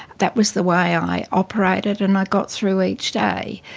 that was the way i operated and i got through each day,